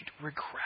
regret